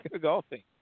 golfing